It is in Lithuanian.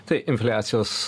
tai infliacijos